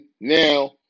now